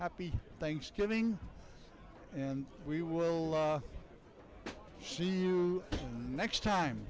happy thanksgiving and we will see you next time